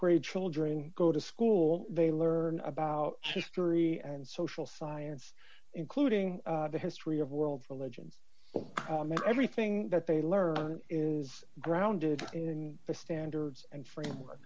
grade children go to school they learn about history and social science including the history of world religions everything that they learn is grounded in the standards and fr